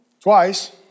twice